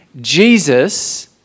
Jesus